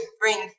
bring